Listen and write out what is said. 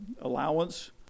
allowance